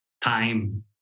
time